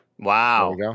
wow